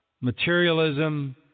materialism